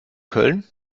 köln